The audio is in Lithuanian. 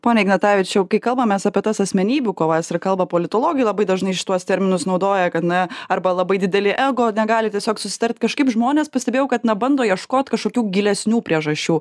pone ignatavičiau kai kalbamės apie tas asmenybių kovas ir kalba politologai labai dažnai šituos terminus naudoja kad na arba labai didelį ego negali tiesiog susitart kažkaip žmonės pastebėjau kad na bando ieškot kažkokių gilesnių priežasčių